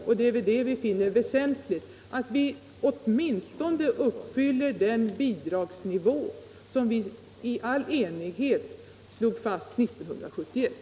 Vi finner det väsentligt att vi åtminstone uppfyller den bidragsnivå som vi i full enighet slog fast 1971.